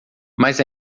mas